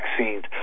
vaccines